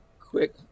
quick